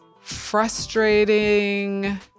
frustrating